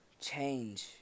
change